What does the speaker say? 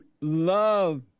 love